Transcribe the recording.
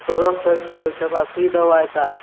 तोरो